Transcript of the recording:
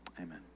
amen